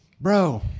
Bro